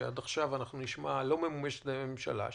שעד עכשיו לא ממומשת על ידי הממשלה.